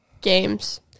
games